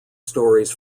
stories